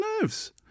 nerves